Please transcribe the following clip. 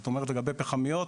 זאת אומרת לגבי פחמיות,